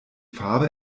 farbe